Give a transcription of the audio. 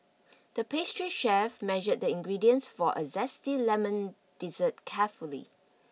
the pastry chef measured the ingredients for a zesty lemon dessert carefully